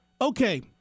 okay